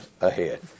ahead